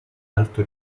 alto